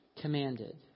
commanded